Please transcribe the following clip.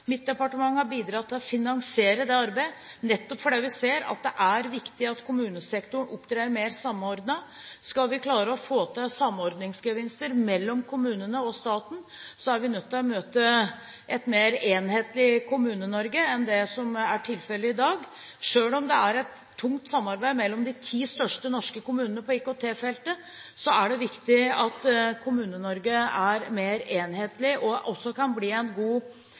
Mitt departement har bidratt til å finansiere det arbeidet, nettopp fordi vi ser at det er viktig at kommunesektoren opptrer mer samordnet. Skal vi klare å få til samordningsgevinster mellom kommunene og staten, er vi nødt til å møte et mer enhetlig Kommune-Norge enn det som er tilfellet i dag. Selv om det er et tungt samarbeid mellom de ti største norske kommunene på IKT-feltet, er det viktig at Kommune-Norge er mer enhetlig og også kan